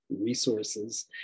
resources